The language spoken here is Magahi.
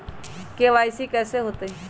के.वाई.सी कैसे होतई?